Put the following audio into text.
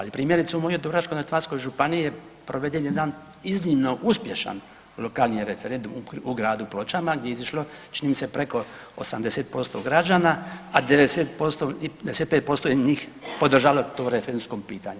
Ali primjerice u mojoj Dubrovačko-neretvanskoj županiji je proveden jedan iznimno uspješan lokalni referendum u Gradu Pločama gdje je izišlo čini mi se preko 80% građana, a 95% je njih podržalo to referendumsko pitanje.